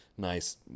Nice